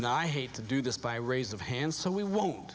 now i hate to do this by rays of hand so we won't